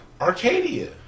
Arcadia